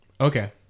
Okay